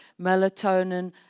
melatonin